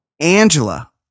Angela